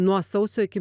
nuo sausio iki